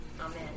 Amen